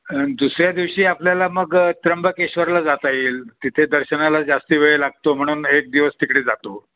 आणि दुसऱ्या दिवशी आपल्याला मग त्र्यंबकेश्वरला जाता येईल तिथे दर्शनाला जास्ती वेळ लागतो म्हणून एक दिवस तिकडे जातो